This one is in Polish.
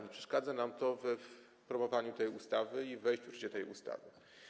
Nie przeszkadza nam to w promowaniu tej ustawy i wejściu w życie tej ustawy.